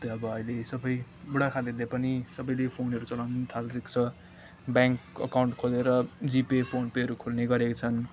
जस्तै अब अहिले सबै बुढाखालहरूले पनि सबैले फोनहरू चलाउनु थालेको छ ब्याङ्क एकाउन्ट खोलेर जिपे फोन पेहरू खोल्ने गरेको छन्